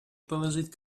положить